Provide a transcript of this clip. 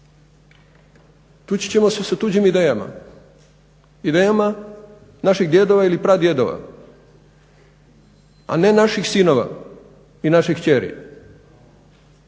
tući ćemo se sa tuđim idejama, idejama naših djedova ili pradjedova, a ne naših sinova i naših kćeri